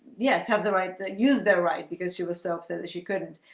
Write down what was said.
yes have the right that used their right because she was so upset that she couldn't